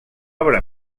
obra